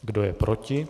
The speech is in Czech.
Kdo je proti?